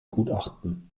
gutachten